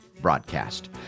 broadcast